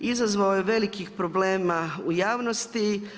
Izazvao je velikih problema u javnosti.